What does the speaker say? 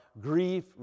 grief